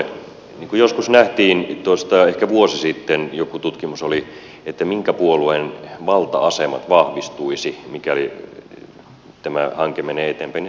niin kuin joskus nähtiin ehkä vuosi sitten oli joku tutkimus että minkä puolueen valta asemat vahvistuisivat mikäli tämä hanke menisi eteenpäin niin sehän oli keskusta